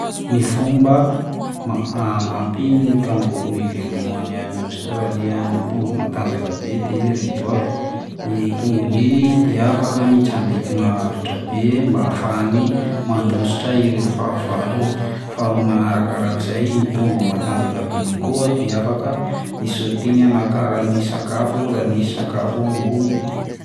Ny fomba ma- hanampy ny kangoroa hivelomany any Aostralia amin'ny tongony matanjaka be de ireto avy: iny tongony iny dia afaka mitsambikina lavitra be mba hahafahany mandositra ireo fahavalony, faharoa manarakarak'izay iny tongony matanjaka be iny koa dia afaka hisaotiny hanakarany sakafo raha misy sakafo ambony be.